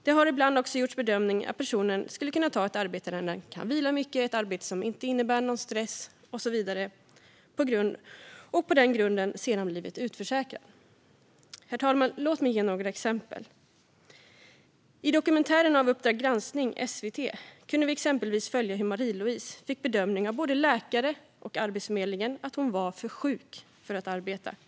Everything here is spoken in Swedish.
Det har ibland också gjorts bedömningar att en person skulle kunna ta ett arbete där man kan vila mycket och som inte innebär någon stress och så vidare. På den grunden har personen sedan blivit utförsäkrad. Herr talman! Låt mig ge några exempel. I en dokumentär i Uppdrag granskning på SVT kunde vi exempelvis följa hur Marie-Louise fick bedömningen av både läkare och Arbetsförmedlingen att hon var för sjuk för att arbeta.